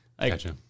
Gotcha